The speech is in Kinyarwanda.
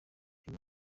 uyu